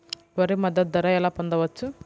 వరి మద్దతు ధర ఎలా పొందవచ్చు?